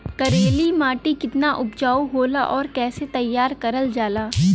करेली माटी कितना उपजाऊ होला और कैसे तैयार करल जाला?